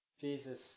Jesus